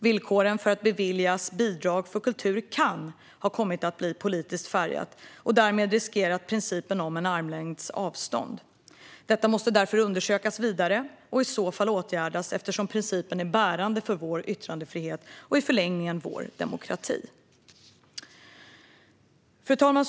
Villkoren för att beviljas bidrag för kultur kan ha kommit att bli politiskt färgade och därmed riskerat principen om en armlängds avstånd. Detta måste därför undersökas vidare och i så fall åtgärdas, eftersom principen är bärande för vår yttrandefrihet och i förlängningen för vår demokrati. Fru talman!